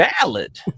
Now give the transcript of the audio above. valid